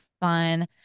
fun